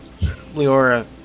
Leora